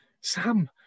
sam